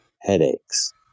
headaches